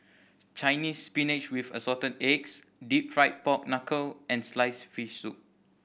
Chinese Spinach with Assorted Eggs Deep Fried Pork Knuckle and sliced fish soup